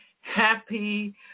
happy